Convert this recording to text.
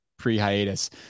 pre-hiatus